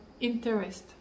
interest